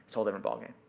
so different ballgame.